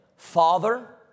Father